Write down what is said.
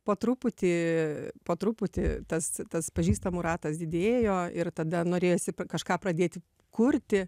po truputį po truputį tas tas pažįstamų ratas didėjo ir tada norėjosi kažką pradėti kurti